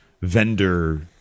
vendor